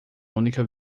única